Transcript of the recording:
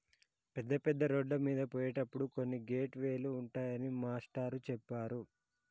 పెద్ద పెద్ద రోడ్లమీద పోయేటప్పుడు కొన్ని గేట్ వే లు ఉంటాయని మాస్టారు చెప్పారు